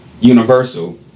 universal